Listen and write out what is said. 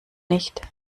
nicht